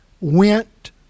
went